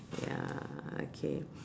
ya okay